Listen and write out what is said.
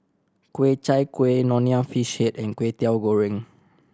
Ku Chai Kueh Nonya Fish Head and Kwetiau Goreng